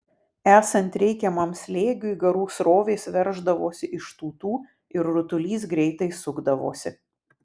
esant reikiamam slėgiui garų srovės verždavosi iš tūtų ir rutulys greitai sukdavosi